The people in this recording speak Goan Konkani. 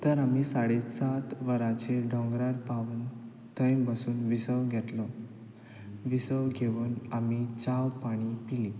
तर आमी साडे सात वरांचेर दोंगरार पावून थंय बसून विसव घेतलो विसव घेवन आमी चाव पाणी पिलीं